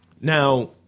Now